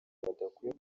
badakwiye